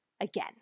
again